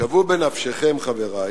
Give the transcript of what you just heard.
שוו בנפשכם, חברי